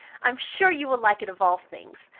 i am sure you will like it of all things.